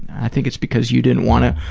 i think it's because you didn't wanna,